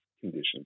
conditions